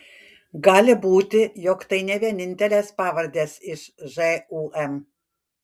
gali būti jog tai ne vienintelės pavardės iš žūm